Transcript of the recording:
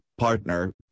partner